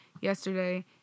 yesterday